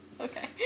Okay